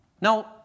Now